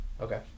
Okay